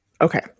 Okay